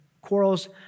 quarrels